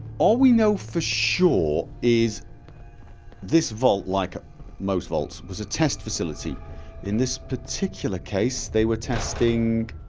all we know for sure is this vault, like most vaults, was a test facility in this particular case they were testing